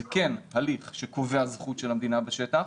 זה כן הליך שקובע זכות של המדינה בשטח,